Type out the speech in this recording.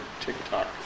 TikTok